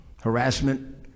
harassment